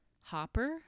Hopper